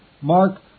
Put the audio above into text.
Mark